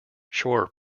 shore